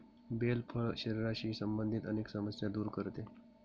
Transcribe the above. bell फळ शरीराशी संबंधित अनेक समस्या दूर करते